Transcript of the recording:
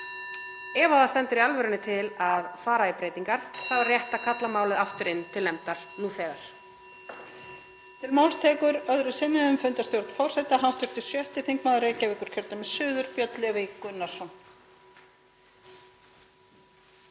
Ef það stendur í alvörunni til að fara í breytingar þá er rétt að kalla málið aftur inn til nefndar nú þegar.